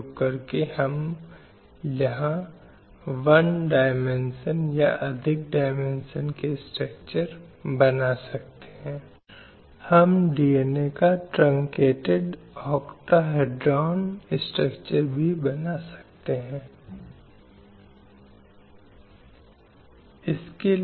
काम के संदर्भ में यह काम का समायोजन और अनुकूल परिस्थितियों का अधिकार है यह सुनिश्चित करने के लिए कि कोई भेदभाव या गतिविधियाँ नहीं हैं जो कार्य को प्रभावित करती हैं किसी कार्यस्थल में ऐसी गतिविधियाँ नहीं होनी चाहिए